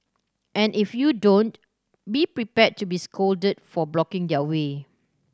and if you don't be prepared to be scolded for blocking their way